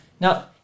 Now